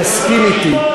תסכים אתי,